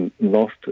lost